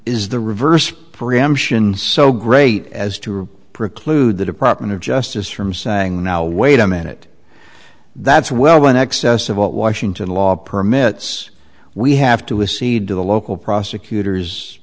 is the reverse preemption so great as to preclude the department of justice from saying now wait a minute that's well in excess of what washington law permits we have to recede to the local prosecutors